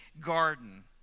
garden